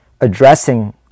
addressing